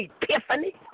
epiphany